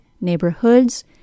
NEIGHBORHOODS